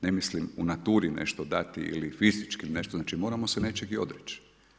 Ne mislim u naturi nešto dati ili fizički ili nešto, znači moramo se nešto i odreći.